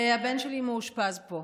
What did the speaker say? הבן שלי מאושפז פה.